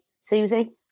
Susie